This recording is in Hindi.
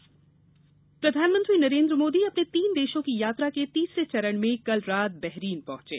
मोदी यात्रा प्रधानमंत्री नरेंद्र मोदी अपने तीन देशों की यात्रा के तीसरे चरण में कल रात बहरीन पहुंचे